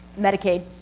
Medicaid